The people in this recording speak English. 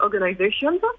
organizations